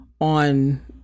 on